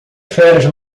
férias